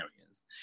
areas